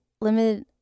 Limited